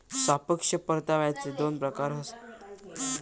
सापेक्ष परताव्याचे दोन प्रकार हत